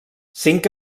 cinc